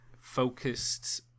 focused